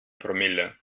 promille